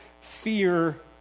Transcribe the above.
fear